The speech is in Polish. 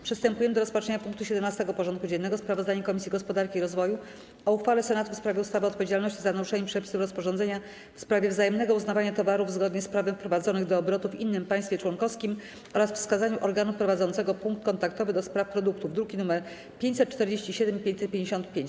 Przystępujemy do rozpatrzenia punktu 17. porządku dziennego: Sprawozdanie Komisji Gospodarki i Rozwoju o uchwale Senatu w sprawie ustawy o odpowiedzialności za naruszenie przepisów rozporządzenia w sprawie wzajemnego uznawania towarów zgodnie z prawem wprowadzonych do obrotu w innym państwie członkowskim oraz wskazaniu organu prowadzącego punkt kontaktowy do spraw produktów (druki nr 547 i 555)